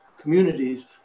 communities